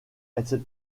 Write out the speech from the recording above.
etc